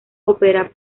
ópera